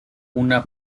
una